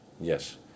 Yes